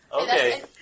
Okay